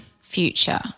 future